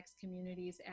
communities